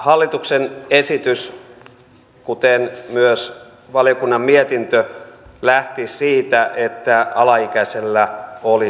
hallituksen esitys kuten myös valiokunnan mietintö lähti siitä että alaikäisellä olisi avustaja